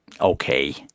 okay